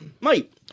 Mate